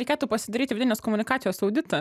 reikėtų pasidaryti vidinės komunikacijos auditą